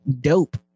dope